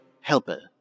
Helper